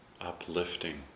uplifting